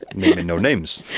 naming no names.